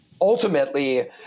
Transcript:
Ultimately